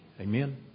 Amen